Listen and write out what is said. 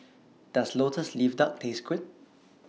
Does Lotus Leaf Duck Taste Good